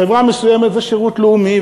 בחברה מסוימת זה שירות לאומי,